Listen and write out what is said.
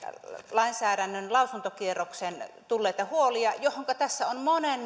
lainsäädännön lausuntokierroksella tulleita huolia joihinka tässä on monen